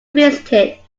visited